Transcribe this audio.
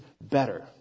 better